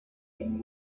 been